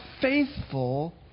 faithful